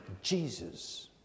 Jesus